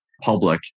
public